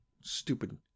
Stupid